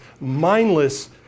mindless